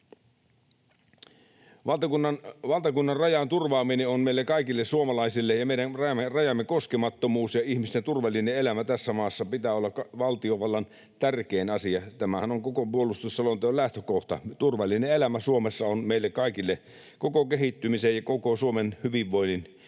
Valtakunnan rajan turvaamisen, meidän rajamme koskemattomuuden ja ihmisten turvallisen elämän tässä maassa pitää olla valtiovallan tärkein asia. Tämähän on koko puolustusselonteon lähtökohta. Turvallinen elämä Suomessa on meille kaikille koko kehittymisen ja koko Suomen hyvinvoinnin